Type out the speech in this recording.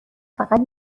فقط